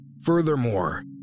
Furthermore